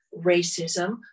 racism